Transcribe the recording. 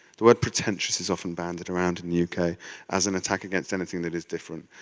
the word pretentious is often bandied around in the uk ah as an attack against anything that is different.